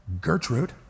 Gertrude